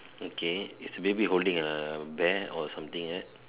okay is the baby holding a bear or something like that